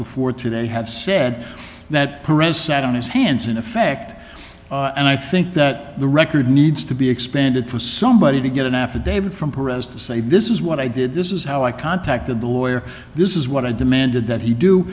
before today have said that parisite on his hands in effect and i think that the record needs to be expanded for somebody to get an affidavit from paris to say this is what i did this is how i contacted the lawyer this is what i demanded that he do